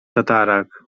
tatarak